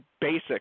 basic